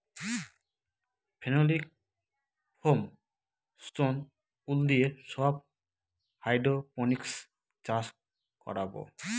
phenolic foam, stone wool দিয়ে সব hydroponics চাষ করাবো